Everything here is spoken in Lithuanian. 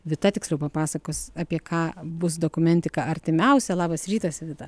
vita tiksliau papasakos apie ką bus dokumentika artimiausia labas rytas vida